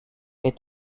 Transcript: est